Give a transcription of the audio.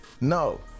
No